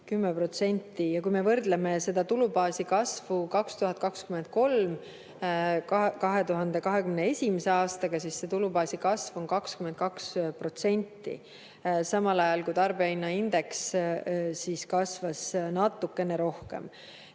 10%. Ja kui me võrdleme seda tulubaasi kasvu 2023. aastal 2021. aastaga, siis see tulubaasi kasv on 22%. Samal ajal kui tarbijahinnaindeks kasvas natukene